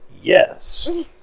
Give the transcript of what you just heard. Yes